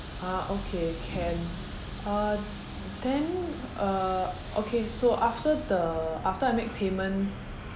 ah okay can uh then uh okay so after the after I make payment